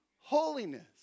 holiness